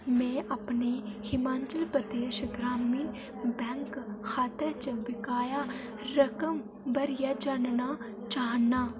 में अपने हिमाचल प्रदेश ग्रामीण बैंक खाते च बकाया रकम बारै जानना चाह्न्नां